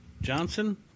Johnson